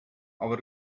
our